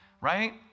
right